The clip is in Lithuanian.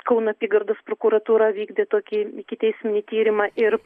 kauno apygardos prokuratūra vykdė tokį ikiteisminį tyrimą ir